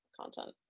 content